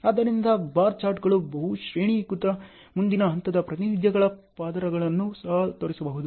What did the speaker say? ಆದ್ದರಿಂದ ಬಾರ್ ಚಾರ್ಟ್ಗಳು ಬಹು ಶ್ರೇಣೀಕೃತ ಮುಂದಿನ ಹಂತದ ಪ್ರಾತಿನಿಧ್ಯಗಳ ಪದರಗಳನ್ನು ಸಹ ತೋರಿಸಬಹುದು